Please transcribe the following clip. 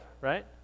Right